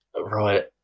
Right